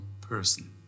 person